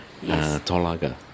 Tolaga